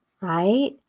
right